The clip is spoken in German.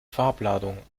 farbladung